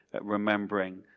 remembering